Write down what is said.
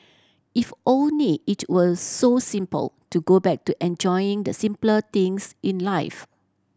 if only it were so simple to go back to enjoying the simpler things in life